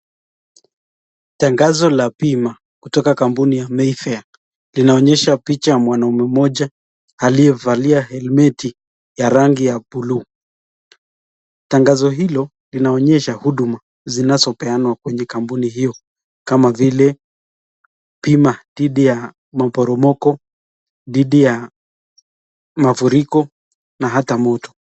Tangazo la bima kutoka kampuni ya Mayfair linaonyesha picha ya mwanamume mmoja aliyevaa helmeti ya rangi ya buluu. Tangazo hilo linaonyesha huduma zinazopeanwa kwenye kampuni hiyo kama vile bima dhidi ya maporomoko dhidi yamafuriko na hata moto.